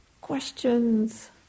questions